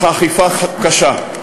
אך האכיפה קשה.